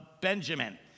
Benjamin